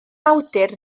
awdur